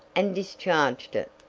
and discharged it.